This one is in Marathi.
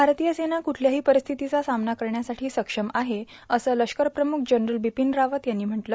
भारतीय सेना कुठल्याही परिस्थितीचा सामना करण्यासाठी सक्षम आहे असं लष्कर प्रमुख जनरल बिपीन रावत यांनी म्हटलं